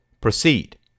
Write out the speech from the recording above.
proceed